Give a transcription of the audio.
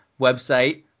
website